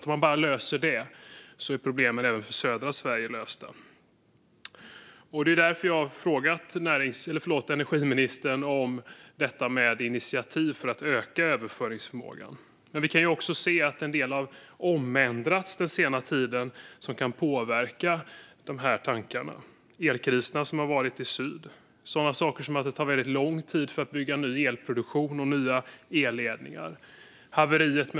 Om man bara löser det är problemen lösta även för södra Sverige, har bedömningen varit. Det är därför jag har frågat energiministern om initiativ för att öka överföringsförmågan. Den senaste tiden har det dock skett en del förändringar som kan påverka de här tankarna. Elkriserna i syd har ägt rum. Det tar väldigt lång tid att bygga ny elproduktion och nya elledningar.